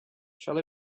shall